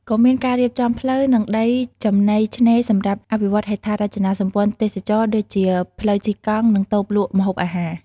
ក៏មានការរៀបចំផ្លូវ និងដីចំណីឆ្នេរសម្រាប់អភិវឌ្ឍហេដ្ឋារចនាសម្ព័ន្ធទេសចរណ៍ ដូចជា ផ្លូវជិះកង់ និងតូបលក់ម្ហូបអាហារ។